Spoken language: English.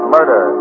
Murder